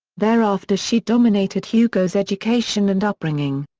thereafter she dominated hugo's education and upbringing.